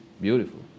Beautiful